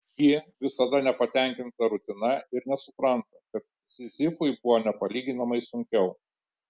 ji visada nepatenkinta rutina ir nesupranta kad sizifui buvo nepalyginamai sunkiau